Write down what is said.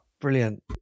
Brilliant